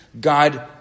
God